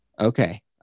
Okay